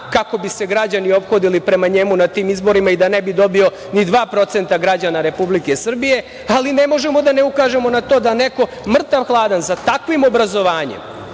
kako bi se građani ophodili prema njemu na tim izborima i da ne bi dobio ni 2% građana Republike Srbije. Ali, ne možemo a da ne ukažemo na to da neko mrtav hladan sa takvim obrazovanjem,